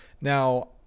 Now